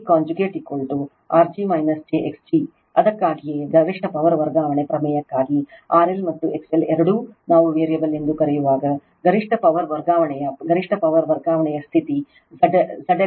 ಆದ್ದರಿಂದ Zg conjugate R g j x g ಅದಕ್ಕಾಗಿಯೇ ಗರಿಷ್ಠ ಪವರ್ ವರ್ಗಾವಣೆ ಪ್ರಮೇಯಕ್ಕಾಗಿ RL ಮತ್ತು XL ಎರಡೂ ನಾವು ವೇರಿಯಬಲ್ ಎಂದು ಕರೆಯುವಾಗ ಗರಿಷ್ಠ ಪವರ್ ವರ್ಗಾವಣೆಯ ಗರಿಷ್ಠ ಪವರ್ ವರ್ಗಾವಣೆಯ ಸ್ಥಿತಿ ZLZg conjugate